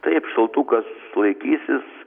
taip šaltukas laikysis